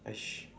!hais!